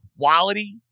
quality